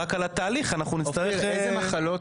רק על התהליך אנחנו נצטרך -- אופיר,